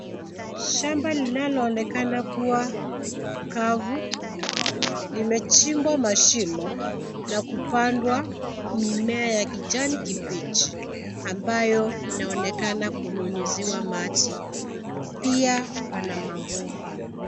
Shamba linaloonekana kuwa kavu, limechimbwa mashimo na kupandwa mimea ya kijani kibichi ambayo inaonekana kunyunyiziwa maji. Pia pana mabomba.